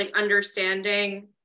understanding